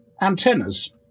antennas